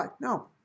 No